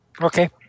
Okay